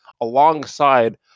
alongside